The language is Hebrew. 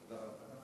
תודה רבה.